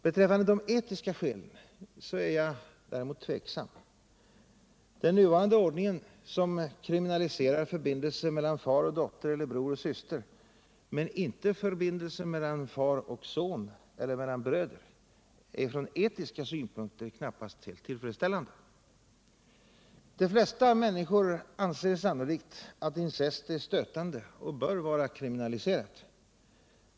Beträffande de etiska skälen är jag däremot tveksam. Den nuvarande ordningen som kriminaliserar förbindelser mellan far och dotter eller bror och syster men inte förbindelser mellan far och son eller mellan bröder är från etisk synpunkt inte tillfredsställande. De flesta människor anser sannolikt att incest är stötande och bör vara kriminaliserat.